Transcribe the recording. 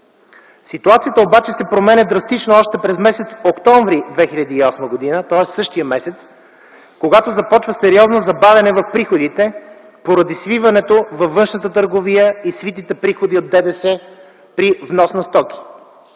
Ситуацията обаче се променя драстично още през м. октомври 2008 г., тоест същия месец, когато започва сериозна забавяне в приходите поради свиването във външната търговия и свитите приходи от ДДС при внос на стоки.